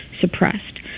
suppressed